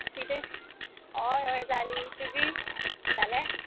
कितें हय हय जाली तुजी जालें